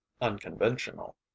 unconventional